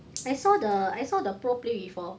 I saw the I saw the pro play before